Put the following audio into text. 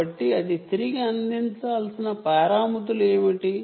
కాబట్టి అది తిరిగి అందించాల్సిన పారామితులు ఏమిటి